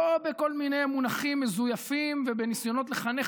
לא בכל מיני מונחים מזויפים ובניסיונות לחנך